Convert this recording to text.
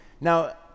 Now